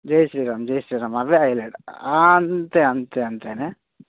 జై శ్రీరామ్ జై శ్రీరామ్ అవే హైలైట్ అంతే అంతే అంతేనే